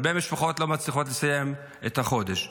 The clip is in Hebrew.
הרבה משפחות לא מצליחות לסיים את החודש.